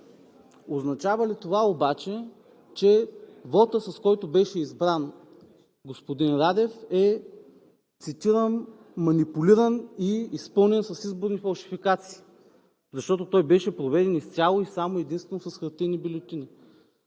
Означава ли това обаче, че вотът, с който беше избран господин Радев, е, цитирам: „манипулиран и изпълнен с изборни фалшификации“, защото той беше проведен изцяло, само и единствено с хартиени бюлетини.